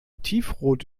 tiefrot